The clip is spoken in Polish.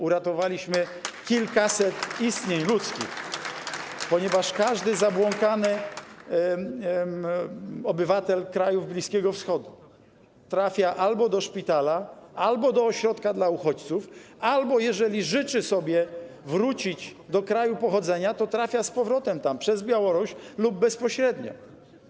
Uratowaliśmy kilkaset istnień ludzkich, ponieważ każdy zabłąkany obywatel krajów Bliskiego Wschodu trafia albo do szpitala, albo do środka dla uchodźców, a jeżeli życzy sobie wrócić do kraju pochodzenia, to trafia tam z powrotem przez Białoruś lub bezpośrednio.